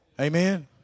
Amen